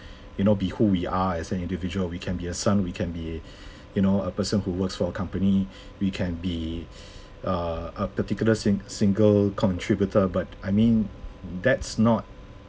you know be who we are as an individual we can be a son we can be you know a person who works for a company we can be err a particular sing~ single contributor but I mean that's not